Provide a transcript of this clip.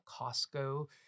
Costco